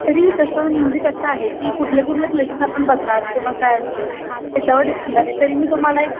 तरी तसं म्हणजे कसं आहे की कुठले कुठले प्लेसेस आपण बघणार किंवा काय असेल त्याच्यावर डिपेंड आहे तरी मी तुम्हाला एक